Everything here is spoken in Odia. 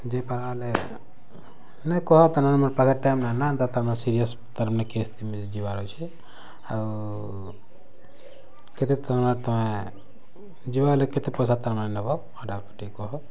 ଯେଇ ପାର୍ବା ବେଲେ ନାଇଁ କହ ତାର୍ ମାନେ ମୋର୍ ପାଖେ ଟାଇମ୍ ନାଇଁନ ଏନ୍ତା ତାର୍ ମାନେ ସିରିଏସ୍ ତାର୍ ମାନେ କେସ୍ ଥି ଯିବାର୍ ଅଛେ ଆଉ ଆଉ କେତେ ତାର୍ ମାନେ ତମେ ଯିବା ବେଲେ କେତେ ପଇସା ତାର୍ ମାନେ ନେବ ହେଟା ଟିକେ କହ